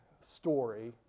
story